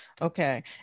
Okay